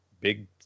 big